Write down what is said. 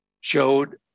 showed